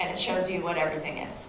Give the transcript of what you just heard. and it shows you what everything is